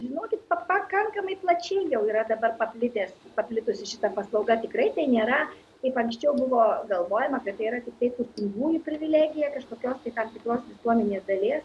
žinokit pa pakankamai plačiai jau yra dabar paplitęs paplitusi šita paslauga tikrai tai nėra kaip anksčiau buvo galvojama kad tai yra tiktai turtingųjų privilegija kažkokios tai tam tikros visuomenės dalies